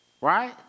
Right